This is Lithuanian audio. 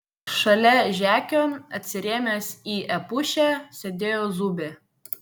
šalia žekio atsirėmęs į epušę sėdėjo zubė